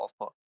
offer